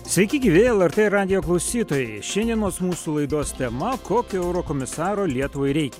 sveiki gyvi lrt radijo klausytojai šiandienos mūsų laidos tema kokio eurokomisaro lietuvai rei